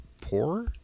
poor